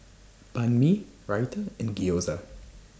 Banh MI Raita and Gyoza